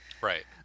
right